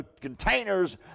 containers